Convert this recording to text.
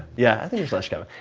yeah, i think you're slash kevin.